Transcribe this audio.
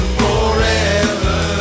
forever